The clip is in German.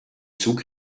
zug